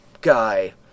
guy